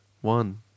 One